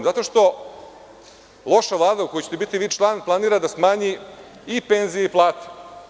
Zato što loša Vlada u kojoj ćete biti vi član planira da smanji i penzije i plate.